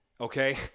Okay